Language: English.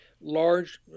large